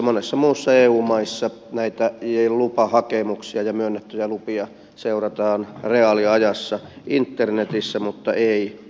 monessa muussa eu maassa näitä lupahakemuksia ja myönnettyjä lupia seurataan reaaliajassa internetissä mutta ei suomessa